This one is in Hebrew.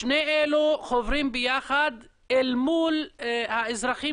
שני אלו חוברים ביחד אל מול האזרחים